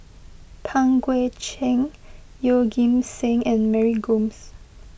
Pang Guek Cheng Yeoh Ghim Seng and Mary Gomes